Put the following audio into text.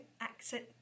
accent